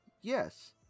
Yes